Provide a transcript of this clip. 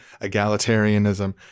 egalitarianism